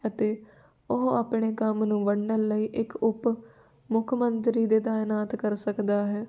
ਅਤੇ ਉਹ ਆਪਣੇ ਕੰਮ ਨੂੰ ਵੰਡਣ ਲਈ ਇੱਕ ਉਪ ਮੁੱਖ ਮੰਤਰੀ ਦੇ ਤਾਇਨਾਤ ਕਰ ਸਕਦਾ ਹੈ